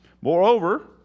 Moreover